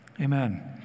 amen